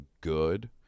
good